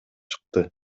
чыкты